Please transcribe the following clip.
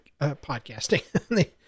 podcasting